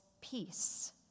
peace